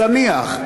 זניח.